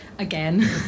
again